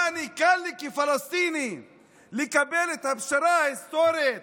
האם קל לי כפלסטיני לקבל את הפשרה ההיסטורית